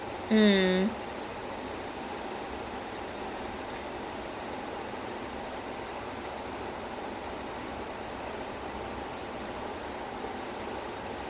I feel like that is the same thing here like if you see one side as antman antman he's supposed to be like the his own guy it doesn't really have a team kind of thing